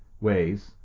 ways